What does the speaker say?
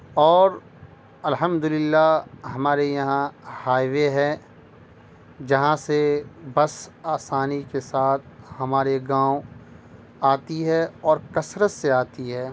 اور الحمد للہ ہمارے یہاں ہائی وے ہے جہاں سے بس آسانی کے ساتھ ہمارے گاؤں آتی ہے اور کثرت سے آتی ہے